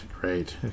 great